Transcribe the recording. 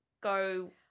go